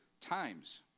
times